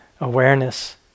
awareness